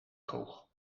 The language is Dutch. kroeg